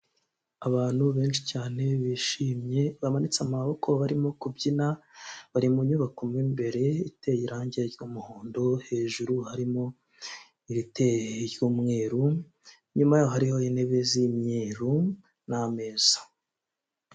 Abantu benshi cyane bishimye bamanitse amaboko barimo kubyina bari mu nyubako imbere iteye irangi ry'umuhondo hejuru harimo iriteye ry'umweru, nyuma hariho intebe z'imyeru n'ameza.